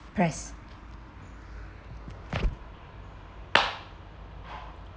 press